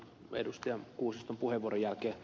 merja kuusiston puheenvuoron jälkeen